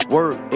Work